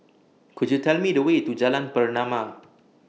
Could YOU Tell Me The Way to Jalan Pernama